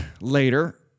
later